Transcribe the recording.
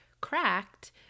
cracked